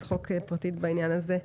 חוק פרטית כדי לעשות תיקון בעניין הזה.